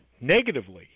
negatively